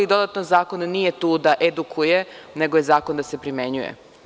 Zakon nije tu da edukuje, nego je zakon da se primenjuje.